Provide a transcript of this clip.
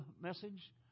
message